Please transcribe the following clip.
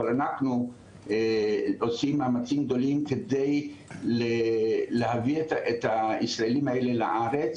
אבל אנחנו עושים מאמצים גדולים כדי להביא את הישראלים האלה לארץ,